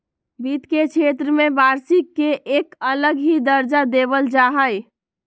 वित्त के क्षेत्र में वार्षिक के एक अलग ही दर्जा देवल जा हई